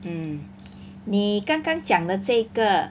mm 你刚刚讲的这个